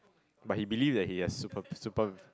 but he believed that he has super super